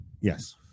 Yes